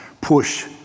push